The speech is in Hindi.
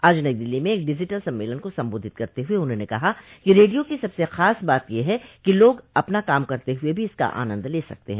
आज नई दिल्ली में एक डिजिटल सम्मेलन को संबोधित करते हुए उन्होंने कहा कि रेडियो की सबसे खास बात यह है कि लोग अपना काम करते हुए भी इसका आनंद ले सकते हैं